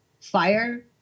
Fire